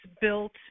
built